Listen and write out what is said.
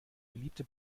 beliebte